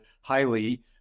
highly